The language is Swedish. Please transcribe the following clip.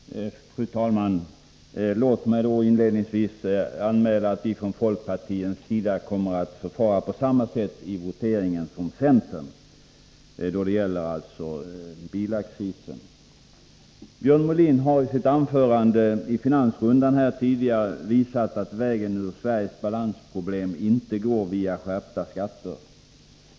Fru talman! Låt mig inledningsvis anmäla att vi från folkpartiets sida kommer att förfara på samma sätt vid voteringen som centern då det gäller förmögenhetsskatten. Björn Molin har i sitt anförande i finansrundan här tidigare visat att vägen ut ur Sveriges balansproblem inte går via skärpta skatter.